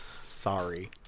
sorry